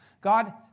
God